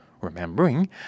Remembering